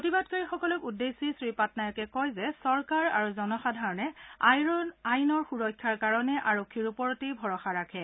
প্ৰতিবাদকাৰীসকলক উদ্দেশ্যি শ্ৰীপাটনায়কে কয় যে চৰকাৰ আৰু জনসাধাৰণে আইনৰ সূৰক্ষাৰ বাবে আৰক্ষীৰ ওপৰতেই ভৰষা ৰাখে